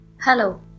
Hello